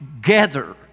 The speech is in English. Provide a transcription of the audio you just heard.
gather